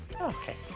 Okay